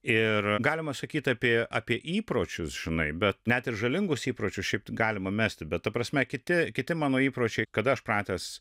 ir galima sakyt apie apie įpročius žinai bet net ir žalingus įpročius šiaip galima mesti bet ta prasme kiti kiti mano įpročiai kad aš pratęs